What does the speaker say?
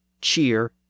cheer